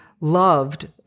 loved